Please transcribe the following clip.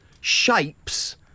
shapes